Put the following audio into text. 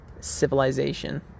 ...civilization